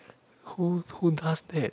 who who does that